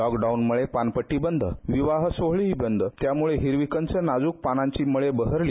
lock down मुळे पानपट्टी बंद विवाह सोहळे देखील बंद त्यामुळे हिरवीकंच नाजूक पानांची मळे बहरली